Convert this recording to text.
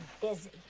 busy